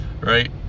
right